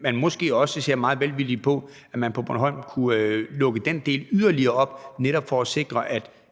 man måske også ser meget velvilligt på, at man på Bornholm kunne lukke den del yderligere op – netop for at sikre,